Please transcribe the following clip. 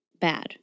bad